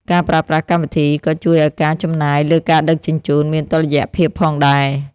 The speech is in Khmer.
ការប្រើប្រាស់កម្មវិធីក៏ជួយឱ្យការចំណាយលើការដឹកជញ្ជូនមានតុល្យភាពផងដែរ។